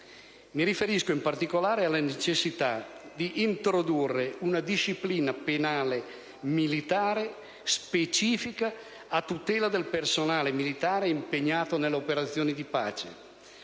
Mi riferisco, in particolare, alla necessità di introdurre una disciplina penale militare specifica a tutela del personale militare impegnato nelle operazioni di pace